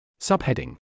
Subheading